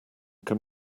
can